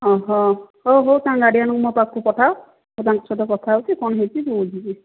ହଁ ହଁ ହଉ ହଉ ତାଙ୍କ ଗାର୍ଡ଼ିଆନ୍ଙ୍କୁ ମୋ ପାଖକୁ ପଠାଅ ମୁଁ ତାଙ୍କ ସହିତ କଥା ହେଉଛି କ'ଣ ହେଇଛି ମୁଁ ବୁଝିବି